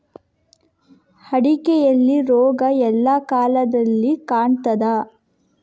ಅಡಿಕೆಯಲ್ಲಿ ರೋಗ ಎಲ್ಲಾ ಕಾಲದಲ್ಲಿ ಕಾಣ್ತದ?